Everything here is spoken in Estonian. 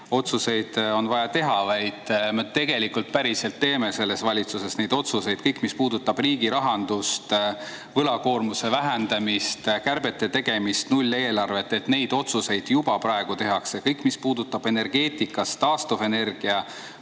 otsuseid on vaja teha, vaid me päriselt ka teeme selles valitsuses neid otsuseid. Kõik, mis puudutab riigirahandust, võlakoormuse vähendamist, kärbete tegemist, nulleelarvet – neid otsuseid juba praegu tehakse. Kõik, mis puudutab energeetikas taastuvenergiavõimsuste